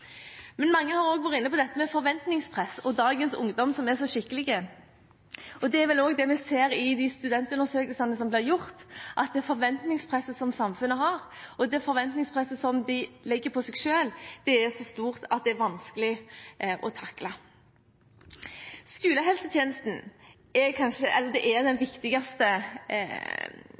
Mange har også vært inne på dette med forventningspress og dagens unge som er så skikkelige. Det er vel også det vi ser i de studentundersøkelsene som blir gjort, at forventningspresset fra samfunnet og det forventningspresset som de legger på seg selv, er så stort at det er vanskelig å takle. Skolehelsetjenesten er